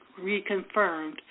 reconfirmed